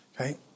Okay